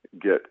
get